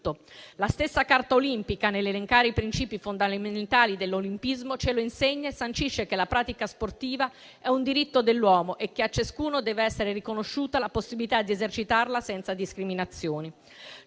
La stessa Carta olimpica, nell'elencare i principi fondamentali dell'olimpismo, ce lo insegna e sancisce che la pratica sportiva è un diritto dell'uomo e che a ciascuno dev'essere riconosciuta la possibilità di esercitarlo senza discriminazioni.